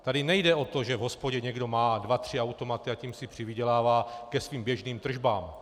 Tady nejde o to, že v hospodě někdo má dva tři automaty a tím si přivydělává ke svým běžným tržbám.